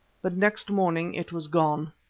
but next morning it was gone,